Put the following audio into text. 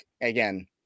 again